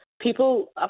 people